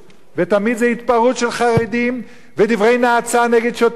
ותמיד זה התפרעות של חרדים ודברי נאצה נגד שוטרים.